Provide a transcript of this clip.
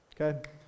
Okay